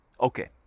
Okay